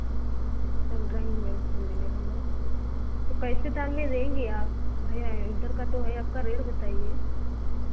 drawing book मिलेगा ना तो पैसे कैसे लेंगी आप इन्टर का तो है अपना रेट बताइए